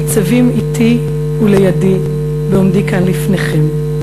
ניצבת אתי ולידי בעומדי כאן לפניכם.